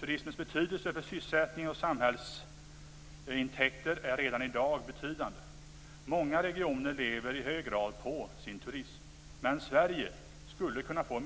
Turismens betydelse för sysselsättningen och samhällsintäkter är redan i dag betydande. Många regioner lever i hög grad på turismen. Men Sverige skulle kunna bli